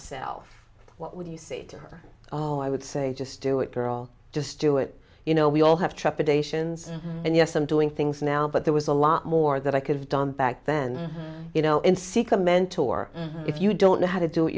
self what would you say to her oh i would say just do it girl just do it you know we all have trepidations and yes i'm doing things now but there was a lot more that i could have done back then you know in seek a mentor if you don't know how to do it